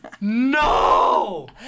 No